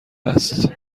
هست